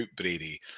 Brady